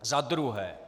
Za druhé.